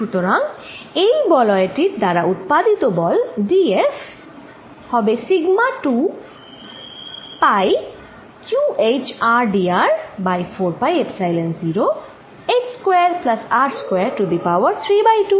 সুতরাং এই বলয় টির দ্বারা উৎপাদিত বল dF σ2 পাইqhrdr by 4 pi epsilon h square plus R square to the power 32